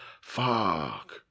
fuck